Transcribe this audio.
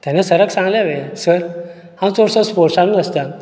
तेन्ना सराक सांगलें हांवें सर हांव चडसो स्पोर्टांसूच आसतां